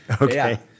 Okay